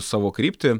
savo kryptį